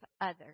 others